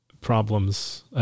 problems